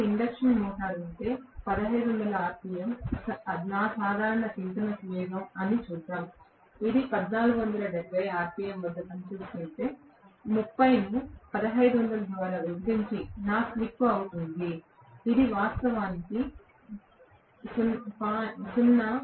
నాకు induction motor ఉంటే 1500 RPM నా సాధారణ సింక్రోనస్ వేగం అని చూద్దాం ఇది 1470 ఆర్పిఎమ్ వద్ద పనిచేస్తుంటే 30 ను 1500 ద్వారా విభజించి నా స్లిప్ అవుతుంది ఇది వాస్తవానికి 0